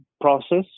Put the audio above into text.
process